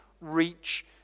reach